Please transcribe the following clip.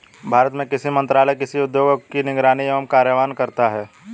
भारत में कृषि मंत्रालय कृषि उद्योगों की निगरानी एवं कार्यान्वयन करता है